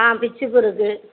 ஆ பிச்சி பூ இருக்குது